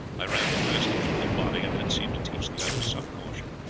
i ran the first through the body, and that seemed to teach the others some caution.